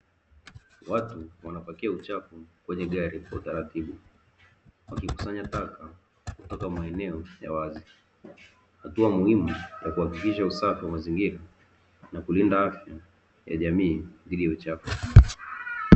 Watu wanapakia uchafu kwenye gari kwa utaratibu wakikusanya taka kutoka maeneo ya wazi, hatua muhimu ya kuhakikisha usafi wa mazingira na kulinda afya ya jamii dhidi ya uchafu.